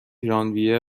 ژانویه